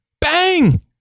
bang